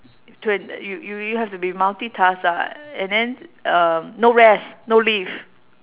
twen~ you you you have to be multitask ah and then um no rest no leave